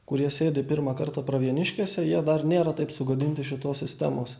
kurie sėdi pirmą kartą pravieniškėse jie dar nėra taip sugadinti šitos sistemos